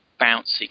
bouncy